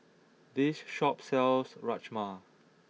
this shop sells Rajma